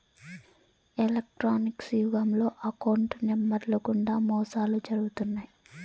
electronics యుగంలో account నెంబర్లు గుండా మోసాలు జరుగుతున్నాయి